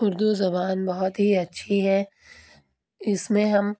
اردو زبان بہت ہی اچھی ہے اس میں ہم